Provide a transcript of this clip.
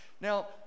now